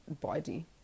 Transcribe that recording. body